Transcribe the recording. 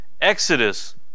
Exodus